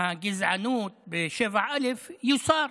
הגזענות ב-7א יוסר.